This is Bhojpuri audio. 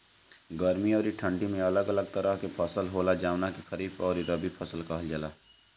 गर्मी अउरी ठंडी में अलग अलग तरह के फसल होला, जवना के खरीफ अउरी रबी कहल जला